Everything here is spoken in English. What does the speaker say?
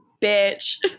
bitch